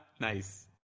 Nice